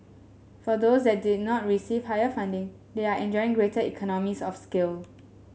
for those that did not receive higher funding they are enjoying greater economies of scale